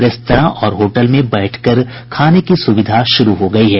restaurant और hotel में बैठकर खाने की सुविधा शुरू हो गयी है